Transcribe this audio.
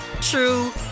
true